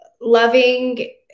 loving